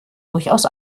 durchaus